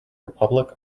republic